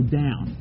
down